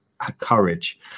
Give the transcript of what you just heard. courage